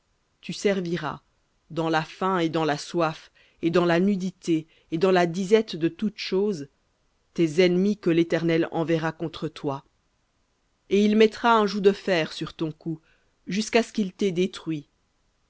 tu serviras dans la faim et dans la soif et dans la nudité et dans la disette de toutes choses tes ennemis que l'éternel enverra contre toi et il mettra un joug de fer sur ton cou jusqu'à ce qu'il t'ait détruit